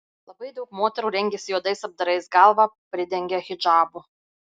labai daug moterų rengiasi juodais apdarais galvą pridengia hidžabu